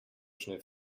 schnell